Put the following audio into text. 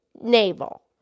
navel